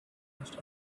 caused